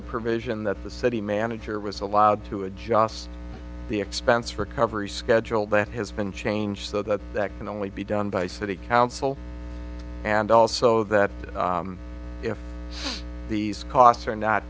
a provision that the city manager was allowed to adjust the expense recovery schedule that has been changed so that that can only be done by city council and also that if these costs are not